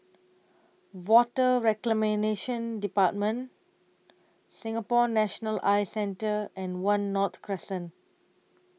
Water Reclamation department Singapore National Eye Centre and one North Crescent